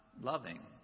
loving